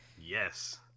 Yes